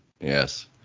Yes